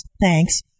thanks